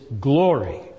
glory